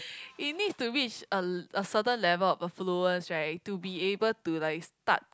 it needs to reach a l~ a certain level of affluence right to be able to like start